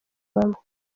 bamwe